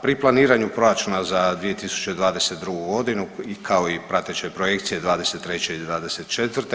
Pri planiranju Proračuna za 2022. g. kao i prateće Projekcije '23. i '24.